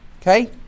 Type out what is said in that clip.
Okay